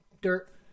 dirt